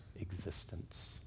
existence